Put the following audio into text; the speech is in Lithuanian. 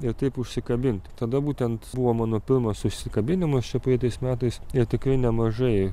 ir taip užsikabinti tada būtent buvo mano pirmas užsikabinimas čia praeitais metais ir tikrai nemažai